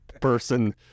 person